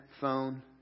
phone